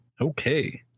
Okay